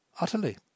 Utterly